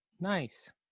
Nice